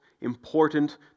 important